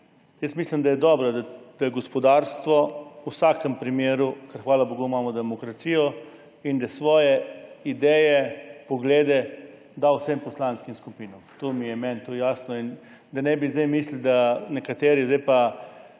Jaz mislim, da je dobro, da je gospodarstvo v vsakem primeru, ker, hvala bogu, imamo demokracijo, da svoje ideje, poglede vsem poslanskim skupinam. To je meni jasno. Da ne bi sedaj mislili nekateri, da